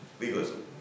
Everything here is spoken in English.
legalism